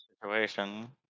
situation